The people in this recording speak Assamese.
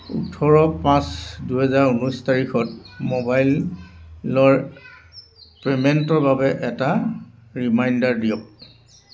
ওঁঠৰ পাঁচ দুহেজাৰ ঊনৈছ তাৰিখত মোবাইল লৰ পে'মেণ্টৰ বাবে এটা ৰিমাইণ্ডাৰ দিয়ক